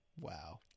Wow